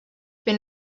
been